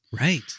Right